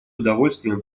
удовольствием